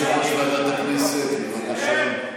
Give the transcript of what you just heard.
יושב-ראש ועדת הכנסת, בבקשה.